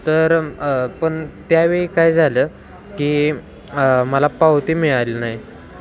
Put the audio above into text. तर पण त्यावेळी काय झालं की मला पावती मिळाली नाही